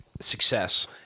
success